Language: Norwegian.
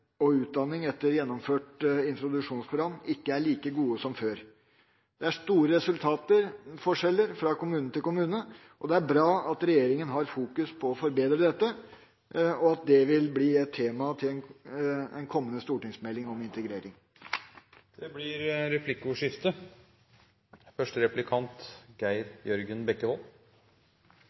og utdanning etter gjennomført introduksjonsprogram, ikke er like gode som før. Det er store forskjeller i resultater fra kommune til kommune. Det er bra at regjeringa fokuserer på å forbedre dette, og at det vil bli et tema i den kommende stortingsmeldinga om integrering. Det blir replikkordskifte.